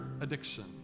addiction